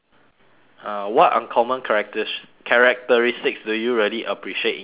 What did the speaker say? uh what uncommon characte~ characteristics do you really appreciate in your friends